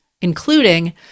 including